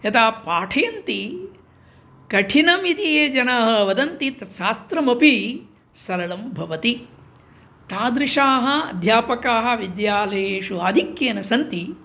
यदा पाठयन्ति कठिनमिति ये जनाः वदन्ति तत् शास्त्रमपि सरलं भवति तादृशाः अध्यापकाः विद्यालयेषु आधिक्येन सन्ति